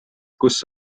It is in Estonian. kus